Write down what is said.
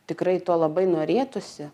tikrai to labai norėtųsi